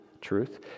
truth